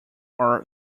are